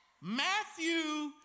Matthew